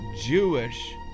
Jewish